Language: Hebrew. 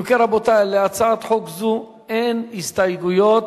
רבותי, להצעת חוק זו אין הסתייגויות.